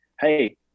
Hey